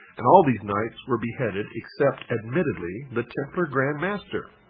and all these knights were beheaded except, admittedly, the templar grand master.